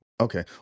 Okay